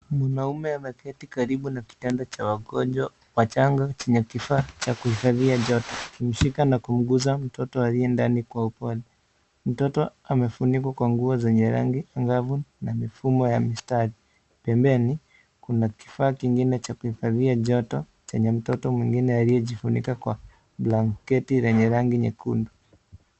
Mwanaume ameketi karibu na kitanda cha wagonjwa wachanga chenye kifaa cha kuhifadhia joto, akimshika na kumguza mtoto aliye ndani kwa upole. Mtoto amefunikwa kwa nguo zenye rangi na mifumo ya mistari. Pembeni, kuna kifaa kingine cha kuhifadhia joto chenye mtoto mwingine aliyejifunika kwa blanketi lenye rangi nyekundu.